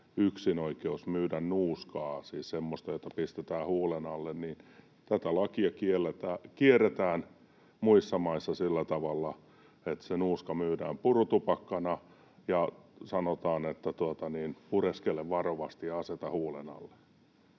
yksinoikeus myydä nuuskaa — siis semmoista, jota pistetään huulen alle — niin tätä lakia kierretään muissa maissa sillä tavalla, että se nuuska myydään purutupakkana ja sanotaan, että pureskele varovasti ja aseta huulen alle.